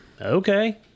okay